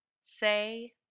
say